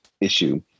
issue